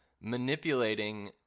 manipulating